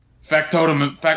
Factotum